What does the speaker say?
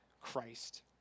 Christ